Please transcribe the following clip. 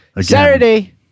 Saturday